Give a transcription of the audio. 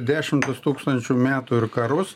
dešimtis tūkstančių metų ir karus